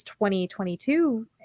2022